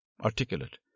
Articulate